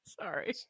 Sorry